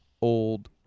old